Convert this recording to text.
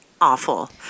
awful